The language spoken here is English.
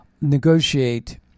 negotiate